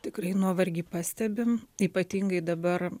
tikrai nuovargį pastebim ypatingai dabar